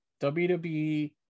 WWE